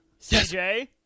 CJ